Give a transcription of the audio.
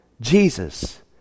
Jesus